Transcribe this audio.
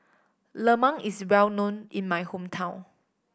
lemang is well known in my hometown